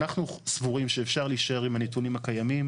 אנחנו סבורים שאפשר להישאר עם הנתונים הקיימים.